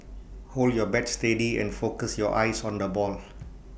hold your bat steady and focus your eyes on the ball